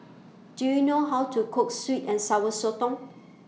Do YOU know How to Cook Sweet and Sour Sotong